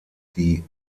die